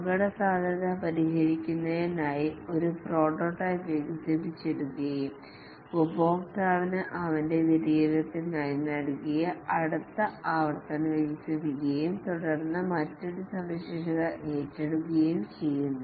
അപകടസാധ്യത പരിഹരിക്കുന്നതിനായി ഒരു പ്രോട്ടോടൈപ്പ് വികസിപ്പിച്ചെടുക്കുകയും ഉപഭോക്താവിന് അവന്റെ വിലയിരുത്തലിനായി നൽകിയ അടുത്ത ആവർത്തനം വികസിപ്പിക്കുകയും തുടർന്ന് മറ്റൊരു സവിശേഷത ഏറ്റെടുക്കുകയും ചെയ്യുന്നു